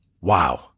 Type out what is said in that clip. Wow